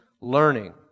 learning